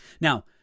Now